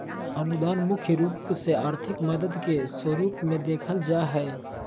अनुदान मुख्य रूप से आर्थिक मदद के स्वरूप मे देखल जा हय